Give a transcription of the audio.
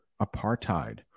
apartheid